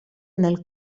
nel